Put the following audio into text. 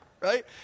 Right